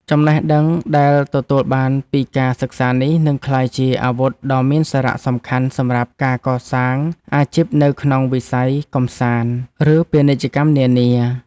ចំណេះដឹងដែលទទួលបានពីការសិក្សានេះនឹងក្លាយជាអាវុធដ៏មានសារៈសំខាន់សម្រាប់ការកសាងអាជីពនៅក្នុងវិស័យកម្សាន្ត ឬ ពាណិជ្ជកម្មនានា។